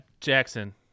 Jackson